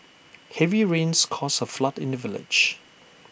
heavy rains caused A flood in the village